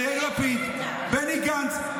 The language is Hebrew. של יאיר לפיד, בני גנץ.